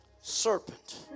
serpent